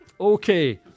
Okay